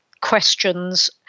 questions